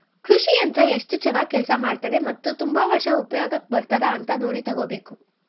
ಕೃಷಿ ಯಂತ್ರ ಎಸ್ಟು ಚನಾಗ್ ಕೆಲ್ಸ ಮಾಡ್ತದೆ ಮತ್ತೆ ತುಂಬಾ ವರ್ಷ ಉಪ್ಯೋಗ ಬರ್ತದ ಅಂತ ನೋಡಿ ತಗೋಬೇಕು